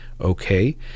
okay